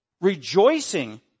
Rejoicing